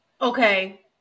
Okay